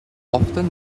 often